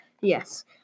Yes